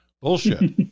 bullshit